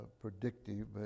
predictive